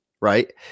right